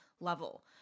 level